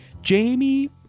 Jamie